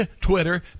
Twitter